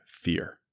fear